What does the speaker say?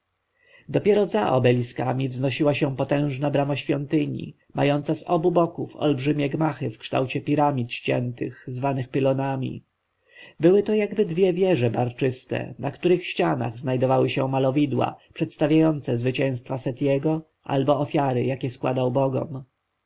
dopiero za obeliskami wznosiła się potężna brama świątyni mająca z obu boków olbrzymie gmachy w kształcie piramid ściętych zwanych pylonami były to jakby dwie wieże barczyste na których ścianach znajdowały się malowidła przedstawiające zwycięstwa setiego albo ofiary jakie składał bogom